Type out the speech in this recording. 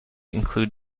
include